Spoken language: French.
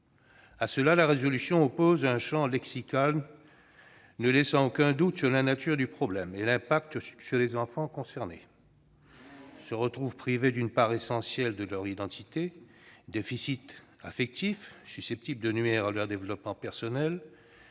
À cela, la résolution oppose un champ lexical ne laissant aucun doute sur la nature du problème et les effets sur les enfants concernés, qui « se retrouvent privés d'une part essentielle de leur identité », souffrent d'un « déficit affectif susceptible de nuire à leur développement personnel